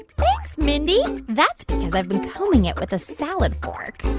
thanks, mindy. that's because i've been combing it with a salad fork.